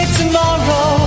tomorrow